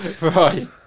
Right